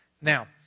Now